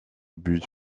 buts